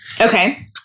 Okay